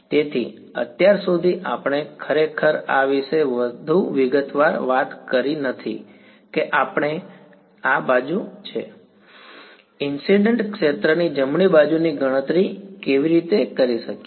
તેથી અત્યાર સુધી આપણે ખરેખર આ વિશે વધુ વિગતવાર વાત કરી નથી કે આપણે આ જમણી બાજુ ઈંસિડ્ન્ટ ક્ષેત્રની જમણી બાજુની ગણતરી કેવી રીતે કરી શકીએ